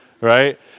right